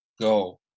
go